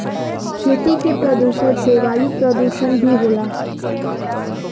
खेती के प्रदुषण से वायु परदुसन भी होला